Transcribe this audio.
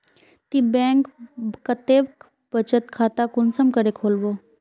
ती बैंक कतेक बचत खाता कुंसम करे खोलबो?